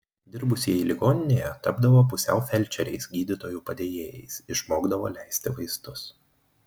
dirbusieji ligoninėje tapdavo pusiau felčeriais gydytojų padėjėjais išmokdavo leisti vaistus